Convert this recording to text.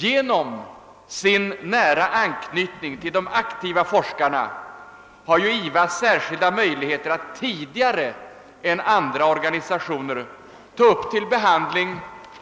Genom sin nära anknytning till de aktiva forskarna har IVA särskilda möjligheter att tidigare än andra organisationer ta upp till behandling